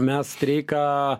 mes streiką